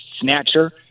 snatcher